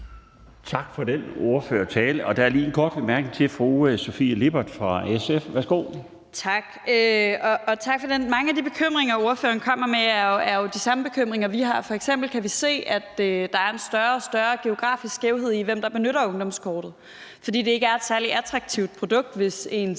Tak for den ordførertale. Der er lige en kort bemærkning til fru Sofie Lippert fra SF. Værsgo. Kl. 17:16 Sofie Lippert (SF): Tak. Mange af de bekymringer, ordføreren kommer med, er jo de samme bekymringer, vi har. F.eks. kan vi se, at der er en større og større geografisk skævhed i, hvem der benytter ungdomskortet, fordi det ikke er et særlig attraktivt produkt, hvis ens